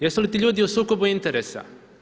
Jesu li ti ljudi u sukobu interesa?